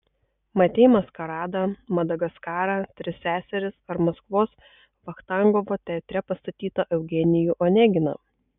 matei maskaradą madagaskarą tris seseris ar maskvos vachtangovo teatre pastatytą eugenijų oneginą